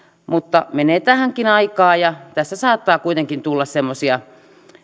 mutta menee tähänkin aikaa ja tässä saattaa kuitenkin tulla semmoisia